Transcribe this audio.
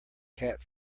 cat